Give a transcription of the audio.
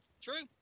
True